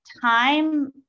time